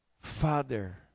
Father